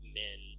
men